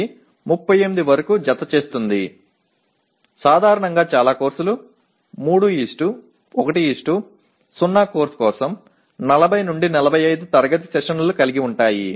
ఇది 38 వరకు జతచేస్తుంది సాధారణంగా చాలా కోర్సులు 310 కోర్సు కోసం 40 నుండి 45 తరగతి సెషన్లను కలిగి ఉంటాయి